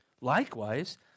Likewise